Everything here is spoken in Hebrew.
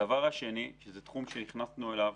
הדבר השני הוא תחום שנכנסנו אליו